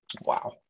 Wow